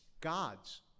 Gods